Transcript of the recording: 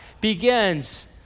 begins